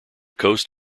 coast